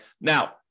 Now